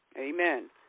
Amen